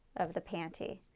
of the panty.